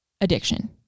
addiction